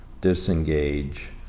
disengage